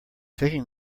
taking